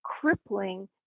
crippling